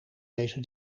deze